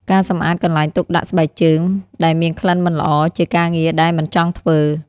ការសម្អាតកន្លែងទុកដាក់ស្បែកជើងដែលមានក្លិនមិនល្អ ជាការងារដែលមិនចង់ធ្វើ។